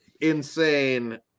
insane